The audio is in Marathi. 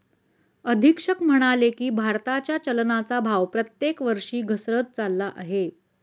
अधीक्षक म्हणाले की, भारताच्या चलनाचा भाव प्रत्येक वर्षी घसरत चालला आहे